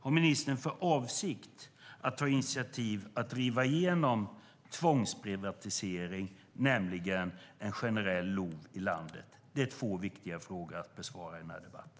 Har ministern för avsikt att ta initiativ till att driva igenom tvångsprivatisering, alltså en generell LOV, i landet? Det är viktiga frågor att besvara i denna debatt.